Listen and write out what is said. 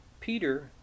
Peter